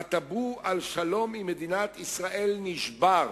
הטבו על שלום עם מדינת ישראל נשבר,